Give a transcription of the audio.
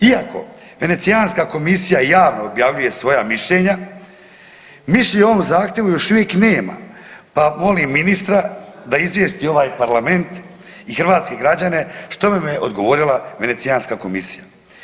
Iako Venecijanska komisija javno objavljuje svoja mišljenja mišljenje o ovom zakonu još uvijek nema, pa molim ministra da izvijesti ovaj Parlament i hrvatske građane što vam je odgovorila Venecijanska komisija.